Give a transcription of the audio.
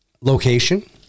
location